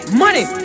money